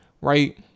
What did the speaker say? right